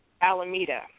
Alameda